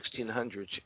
1600s